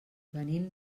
venim